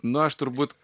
nu aš turbūt